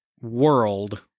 world